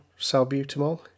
salbutamol